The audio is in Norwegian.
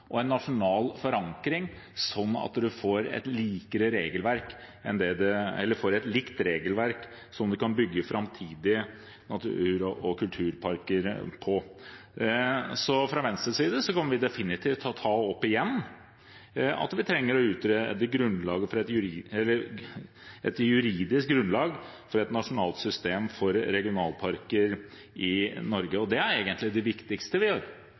forankring, slik at man får likt regelverk som man kan bygge framtidige natur- og kulturparker etter. Fra Venstres side kommer vi definitivt til å ta opp igjen at vi trenger å utrede et juridisk grunnlag for et nasjonalt system for regionalparker i Norge. Det er egentlig det viktigste vi gjør.